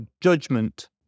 judgment